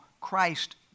Christ